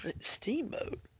Steamboat